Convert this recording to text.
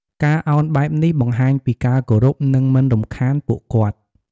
ការឱនបែបនេះបង្ហាញពីការគោរព និងមិនរំខានពួកគាត់។